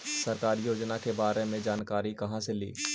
सरकारी योजना के बारे मे जानकारी कहा से ली?